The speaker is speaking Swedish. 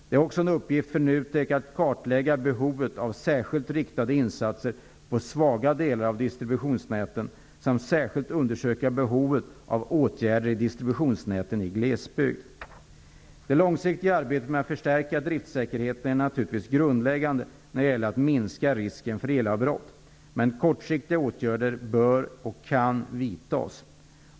Det är också en uppgift för NUTEK att kartlägga behovet av särskilt riktade insatser på svaga delar av distributionsnäten samt att särskilt undersöka behovet av åtgärder i distributionsnäten i glesbygd. Det långsiktiga arbetet med att förstärka driftsäkerheten är naturligtvis grundläggande när det gäller att minska risken för elavbrott. Men kortsiktiga åtgärder bör och kan vidtas.